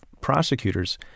prosecutors